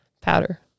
Powder